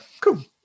cool